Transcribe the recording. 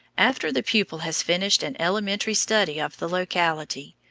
after the pupil has finished an elementary study of the locality,